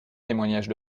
témoignages